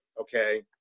okay